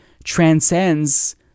transcends